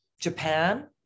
Japan